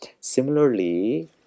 Similarly